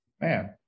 Man